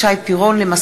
מטעם סיעת העבודה: